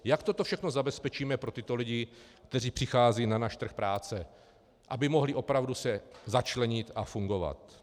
Jak toto všechno zabezpečíme pro tyto lidi, kteří přicházejí na náš trh práce, aby se mohli opravdu začlenit a fungovat?